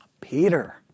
Peter